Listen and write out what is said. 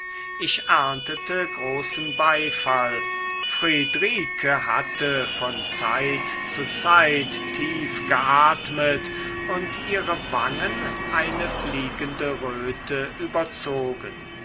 ich erntete großen beifall friedrike hatte von zeit zu zeit tief geatmet und ihre wangen eine fliegende röte überzogen